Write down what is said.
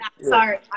sorry